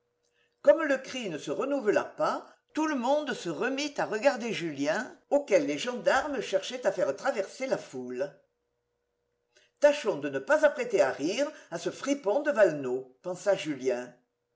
comme le cri ne se renouvela pas tout le monde se remit à regarder julien auquel les gendarmes cherchaient à faire traverser la foute tâchons de ne pas apprêter à rire à ce fripon de valenod pensa julien